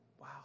wow